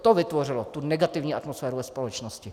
To vytvořilo tu negativní atmosféru ve společnosti.